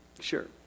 sure